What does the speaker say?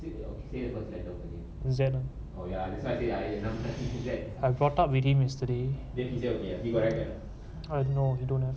they say about zen or ya inside the item that I brought up with him yesterday they deserve you got rider or no you don't have